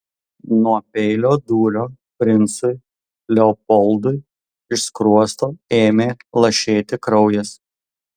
nuo peilio dūrio princui leopoldui iš skruosto ėmė lašėti kraujas